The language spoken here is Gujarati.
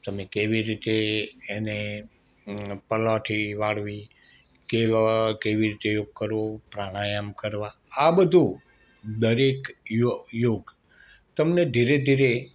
તમે કેવી રીતે એને પલાંઠી વાળવી કેવા કેવી રીતે યોગ કરવો પ્રાણાયમ કરવા આ બધું દરેક યો યોગ તમને ધીરે ધીરે